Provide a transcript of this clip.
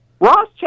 Ross